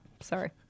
Sorry